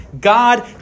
God